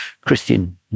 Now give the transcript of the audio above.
Christian